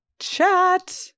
chat